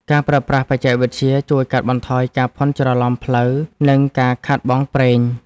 ការប្រើប្រាស់បច្ចេកវិទ្យា ជួយកាត់បន្ថយការភ័ន្តច្រឡំផ្លូវ និងការខាតបង់ប្រេង។